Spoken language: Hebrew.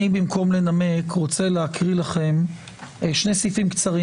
במקום לנמק אני רוצה להקריא לכם שני סעיפים קצרים,